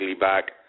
back